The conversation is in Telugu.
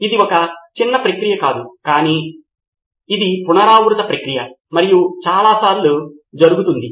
ఇది ఒక చిన్న ప్రక్రియ కాదు కాని ఇది పునరావృత ప్రక్రియ మరియు చాలాసార్లు జరుగుతుంది